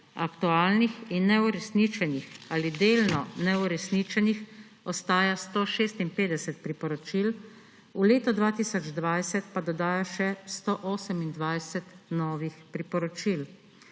Aktualnih in neuresničenih ali delno neuresničenih ostaja 156 priporočil, v letu 2020 pa dodaja še 128 novih priporočil.